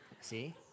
See